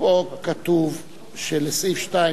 כתוב שלסעיף 2,